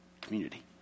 community